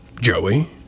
Joey